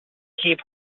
keep